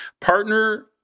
partner